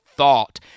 Thought